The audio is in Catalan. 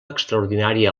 extraordinària